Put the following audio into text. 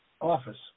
office